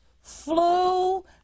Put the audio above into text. flu